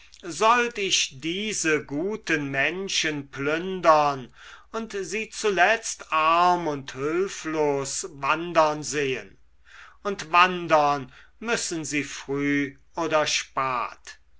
sollt ich diese guten menschen plündern und sie zuletzt arm und hülflos wandern sehen und wandern müssen sie früh oder spat